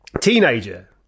teenager